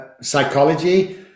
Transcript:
psychology